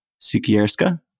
Sikierska